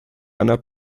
einer